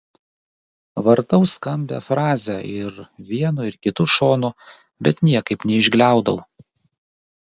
vartau skambią frazę ir vienu ir kitu šonu bet niekaip neišgliaudau